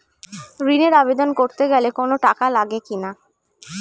ঋণের আবেদন করতে গেলে কোন টাকা লাগে কিনা?